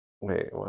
wait